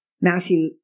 Matthew